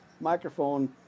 microphone